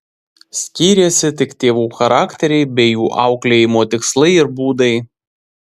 skyrėsi tik tėvų charakteriai bei jų auklėjimo tikslai ir būdai